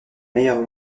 meilleur